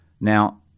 Now